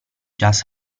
just